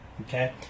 Okay